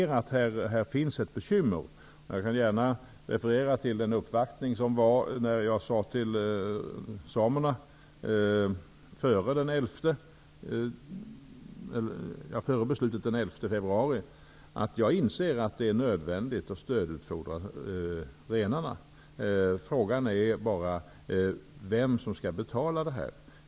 Detta är ett bekymmer. Jag vill gärna referera till en uppvaktning av samer som gjordes före beslutet den 11 februari. Jag sade då att jag inser att det är nödvändigt att renarna stödutfodras, men frågan är bara vem som skall betala detta.